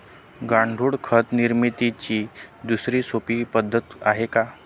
गांडूळ खत निर्मितीची दुसरी सोपी पद्धत आहे का?